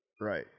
Right